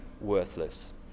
worthless